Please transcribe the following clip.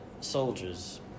soldiers